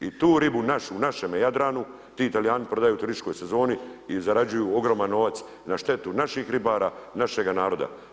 I tu ribu u našem Jadranu ti Talijani prodaju u turističkoj sezoni i zarađuju ogroman novac na štetu naših ribara, našega naroda.